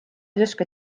justkui